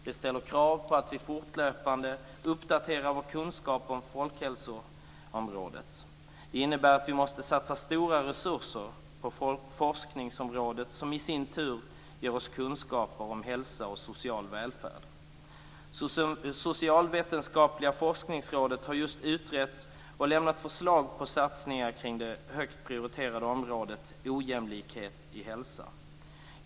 Det ställer krav på att vi fortlöpande uppdaterar vår kunskap om folkhälsoområdet. Det innebär att vi måste satsa stora resurser på forskningsområdet, som i sin tur ger oss kunskaper om hälsa och social välfärd. Socialvetenskapliga forskningsrådet har just utrett och lämnat förslag om satsningar kring det högt prioriterade området ojämlikhet i hälsa.